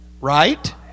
Right